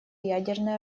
ядерное